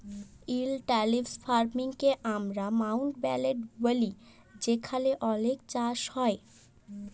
intensive farming কে আমরা মাউল্টব্যাটেল ব্যলি যেখালে অলেক চাষ হ্যয়